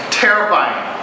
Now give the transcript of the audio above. terrifying